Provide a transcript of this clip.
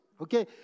Okay